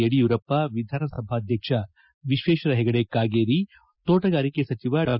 ಯಡಿಯೂರಪ್ಪ ವಿಧಾನಸಭಾಧ್ಯಕ್ಷ ವಿಶ್ವೇಶ್ವರ ಹೆಗಡೆ ಕಾಗೇರಿ ತೋಟಗಾರಿಕೆ ಸಚಿವ ಡಾ